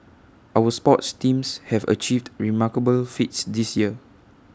our sports teams have achieved remarkable feats this year